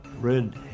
red